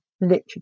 literature